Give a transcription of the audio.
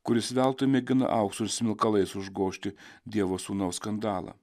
kuris veltui mėgina auksu ir smilkalais užgožti dievo sūnaus skandalą